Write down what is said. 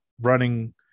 running